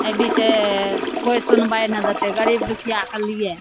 एहिबीचे कोइ सुनबाइ नहि देतै गरीब दुखियाके लिए